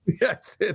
Yes